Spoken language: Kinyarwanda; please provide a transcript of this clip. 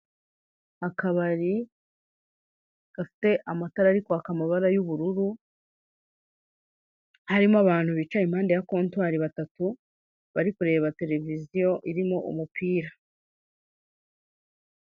Akabari gafite amatara ari kwaka amabara y'ubururu harimo abantu bicaye impande ya kontwari batatu bari kureba tereviziyo irimo umupira.